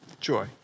joy